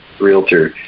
Realtor